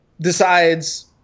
decides